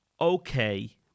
okay